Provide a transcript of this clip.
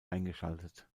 eingeschaltet